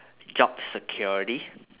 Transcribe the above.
job security